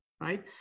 right